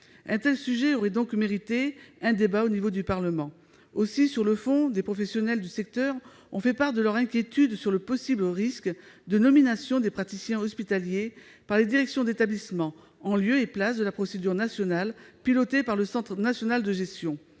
Un tel sujet aurait donc mérité un débat à l'échelon du Parlement. Sur le fond, des professionnels du secteur ont fait part de leurs inquiétudes sur le possible risque d'une nomination des praticiens hospitaliers par les directions d'établissement en lieu et place de la procédure nationale pilotée par le Centre national de gestion.